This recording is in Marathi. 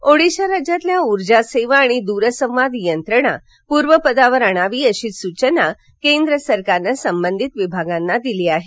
तर ओडिशा राज्यातील ऊर्जासेवा आणि दूरसंवाद यंत्रणा पूर्वपदावर आणावी अशा सुचना केंद्र सरकारनं संबधित विभागांना दिल्या आहेत